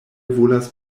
volas